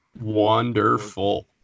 Wonderful